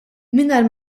mingħajr